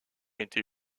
été